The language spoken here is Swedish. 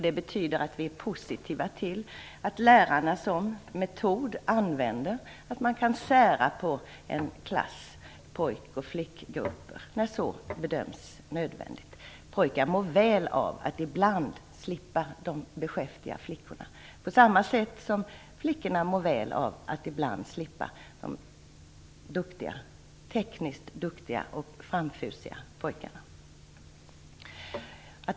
Det betyder att vi är positiva till att lärarna som metod använder möjligheten att sära på en klass i skilda pojk-och flickgrupper när så bedöms nödvändigt. Pojkar mår väl av att ibland slippa de beskäftiga flickorna, på samma sätt som flickorna mår väl av att ibland slippa de tekniskt duktiga och framfusiga pojkarna.